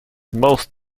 most